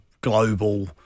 global